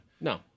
No